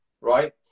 right